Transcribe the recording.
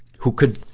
who could,